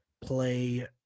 play –